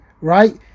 right